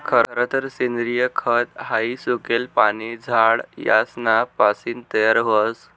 खरतर सेंद्रिय खत हाई सुकेल पाने, झाड यासना पासीन तयार व्हस